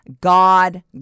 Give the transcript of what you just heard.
God